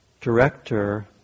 director